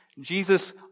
Jesus